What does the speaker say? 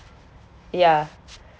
ya